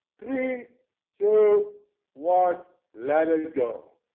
three two one let it go.